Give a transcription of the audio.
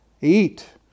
eat